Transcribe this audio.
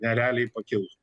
nerealiai pakils